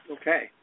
Okay